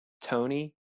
Tony